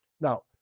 Now